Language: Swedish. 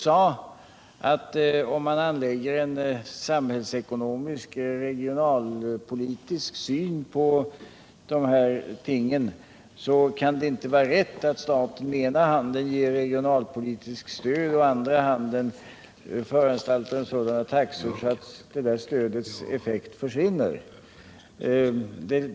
Men om man anlägger en samhällsekonomisk och regionalpolitisk syn på dessa ting kan det inte vara riktigt att staten med ena handen ger regionalpolitiskt stöd och med den andra föranstaltar sådana taxor att detta stöds effekt försvinner.